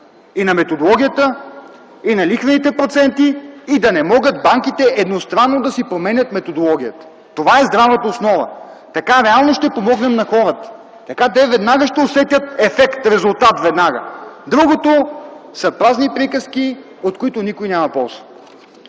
и на методологията, и лихвените проценти, и да не могат банките едностранно да си променят методологията. Това е здравата основа. Така реално ще помогнем на хората. Така те веднага ще усетят ефект, резултат. Другото са празни приказки, от които никой няма полза.